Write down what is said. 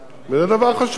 וזה דבר חשוב.